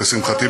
לשמחתי,